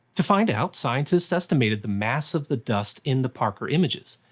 to find out, scientists estimated the mass of the dust in the parker images.